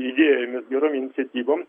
idėjom ir gerom iniciatyvom